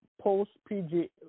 post-PG